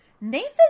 Nathan